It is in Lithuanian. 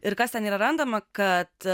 ir kas ten yra randama kad